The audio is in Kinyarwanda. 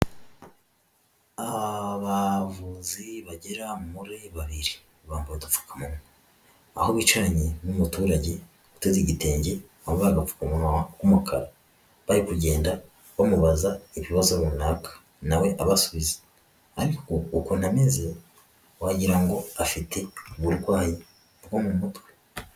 Abavuzi bagera muri babiri bambaye udupfukamunwa, aho bicaranye n'umuturage utaze igitenge wambaye agapfukamunwa k'umukara, bari kugenda bamubaza ibibazo runaka nawe abasubiza ariko ukuntu ameze wagira ngo afite uburwayi bwo mu mutwe.